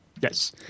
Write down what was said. yes